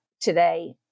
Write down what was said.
today